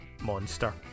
monster